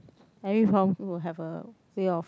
every problem will have a way of